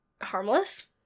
harmless